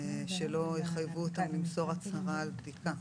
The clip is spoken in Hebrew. שלא יחייבו אותם למסור הצהרה על בדיקה.